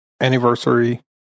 anniversary